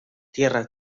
tierras